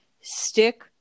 stick